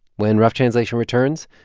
when rough translation returns,